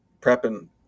prepping